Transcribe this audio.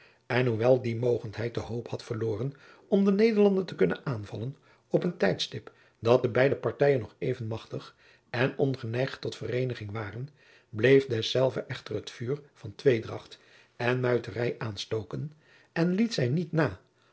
en hoewel die mogendheid de hoop had verloren om de nederlanden te kunnen aanvallen op een tijdstip dat de beide partijen nog even machtig en ongeneigd tot vereeniging waren jacob van lennep de pleegzoon bleef dezelve echter het vuur van tweedracht en muiterij aanstoken en liet zij niet na